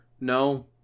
No